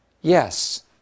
yes